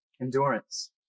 Endurance